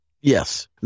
Yes